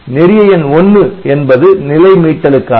நெறிய எண் 1 என்பது நிலை மீட்டலுக்காக